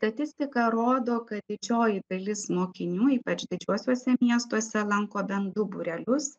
statistika rodo kad didžioji dalis mokinių ypač didžiuosiuose miestuose lanko bent du būrelius